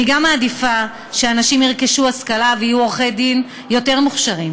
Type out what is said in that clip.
אני גם מעדיפה שאנשים ירכשו השכלה ויהיו עורכי דין יותר מוכשרים,